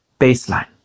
baseline